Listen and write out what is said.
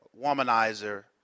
womanizer